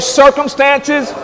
circumstances